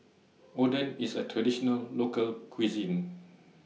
Oden IS A Traditional Local Cuisine